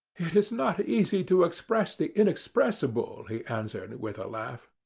it is not easy to express the inexpressible, he answered with a laugh.